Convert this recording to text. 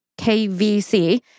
KVC